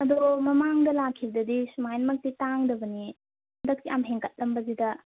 ꯑꯗꯣ ꯃꯃꯥꯡꯗ ꯂꯥꯛꯈꯤꯕꯗꯗꯤ ꯁꯨꯃꯥꯏꯅꯃꯛꯇꯤ ꯇꯥꯡꯗꯕꯅꯦ ꯍꯟꯗꯛꯁꯤ ꯌꯥꯝ ꯍꯦꯟꯒꯠꯂꯝꯕꯁꯤꯗ